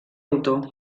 autor